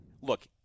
look